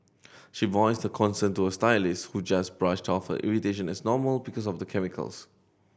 she voiced her concern to her stylist who just brushed off her irritation as normal because of the chemicals